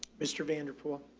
mr vanderpool?